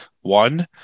One